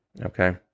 okay